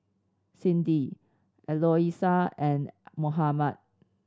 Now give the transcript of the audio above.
Cindi Eloisa and Mohammad